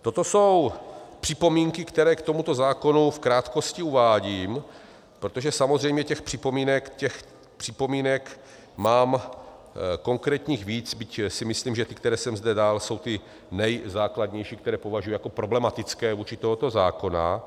Toto jsou připomínky, které k tomuto zákonu v krátkosti uvádím, protože samozřejmě těch připomínek mám konkrétních víc, byť si myslím, že ty, které jsem zde dal, jsou ty nejzákladnější, které považuji jako problematické vůči tomuto zákonu.